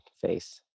face